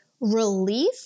relief